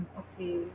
okay